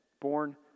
born